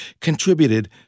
contributed